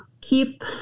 keep